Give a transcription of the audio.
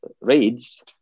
raids